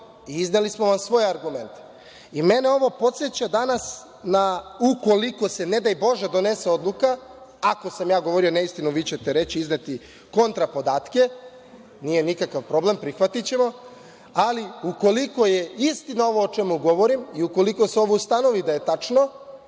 i izneli smo vam svoje argumente. Mene ovo podseća danas, ukoliko se ne daj Bože donese odluka, ako sam govorio neistinu, vi ćete reći, izneti kontra podatke, nije nikakav problem, prihvatićemo, ali ukoliko je istina ovo o čemu ja govorim i ukoliko se ustanovi kao tačno,